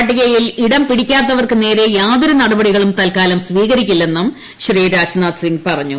പട്ടികയിൽ ഇടംപിടിക്കാത്തവർക്ക് നേരെ യാതൊരു നടപടികളും തൽക്കാലം സ്വീകരിക്കില്ലെന്നും ശ്രീ രാജ്നാഥ് സിംഗ് പറഞ്ഞു